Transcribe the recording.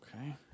okay